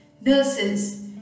nurses